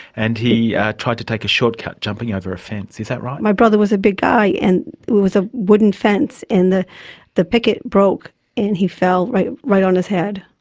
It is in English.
and he tried to take a shortcut, jumping over a fence, is that right? my brother was a big guy, and it was a wooden fence, and the the picket broke and he fell right right on his head.